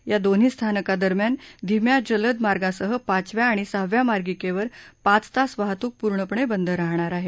या दोन्ही स्थानकांदरम्यान धिम्या जलद मार्गांसह पाचव्या आणि सहाव्या मार्गिकेवर पाच तास वाहतूक पूर्णपणे बंद राहणार आहे